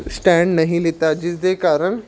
stand ਨਹੀਂ ਲਿੱਤਾ ਜਿਸਦੇ ਕਾਰਨ